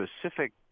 specific